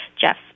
Jeff